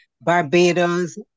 barbados